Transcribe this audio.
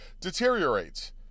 deteriorates